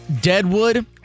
Deadwood